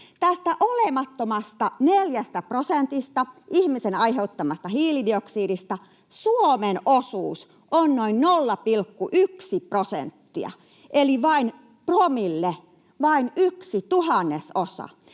Tästä olemattomasta 4 prosentista, ihmisen aiheuttamasta hiilidioksidista, Suomen osuus on noin 0,1 prosenttia eli vain promille, vain yksi